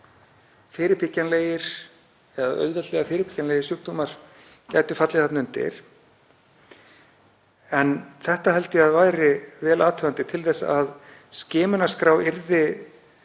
þetta held ég að væri vel athugandi til að skimunarskrá yrði